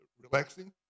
relaxing